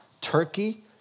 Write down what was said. Turkey